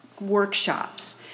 workshops